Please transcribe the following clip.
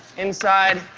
inside,